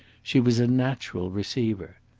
she was a natural receiver.